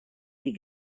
die